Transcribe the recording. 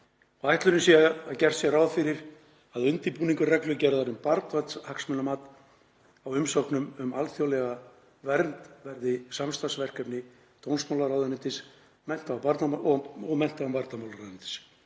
að ætlunin sé að gert sé ráð fyrir að undirbúningur reglugerðar um barnvænt hagsmunamat á umsóknum um alþjóðlega vernd verði samstarfsverkefni dómsmálaráðuneytis og mennta- og barnamálaráðuneytis.